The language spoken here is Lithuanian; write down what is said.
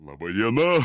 laba diena